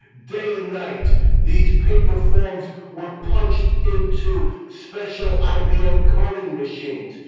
day and night these paper forms were punched into special ibm coding machines.